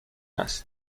است